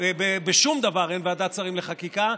בשום דבר אין ועדת שרים לחקיקה.